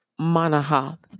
Manahath